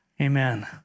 Amen